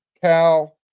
Cal